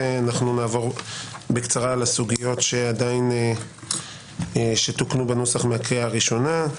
נעבור בקצרה על הסוגיות שתוקנו בנוסח מהקריאה הראשונה.